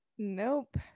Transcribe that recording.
Nope